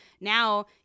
now